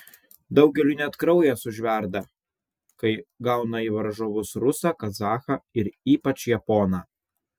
daugeliui net kraujas užverda kai gauna į varžovus rusą kazachą ir ypač japoną